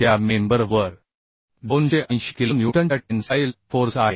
त्या मेंबर वर 280 किलो न्यूटनच्या टेन्साईल फोर्स आहे